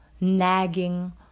nagging